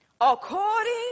According